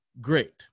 great